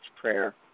prayer